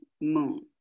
moon